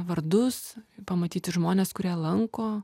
vardus pamatyti žmones kurie lanko